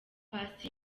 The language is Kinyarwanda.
paccy